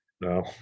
no